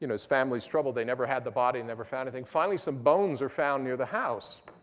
you know his family struggled. they never had the body, never found anything. finally, some bones are found near the house.